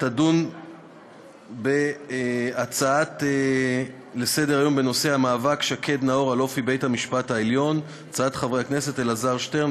תדון בהצעות לסדר-היום שהעלו חברי הכנסת אלעזר שטרן,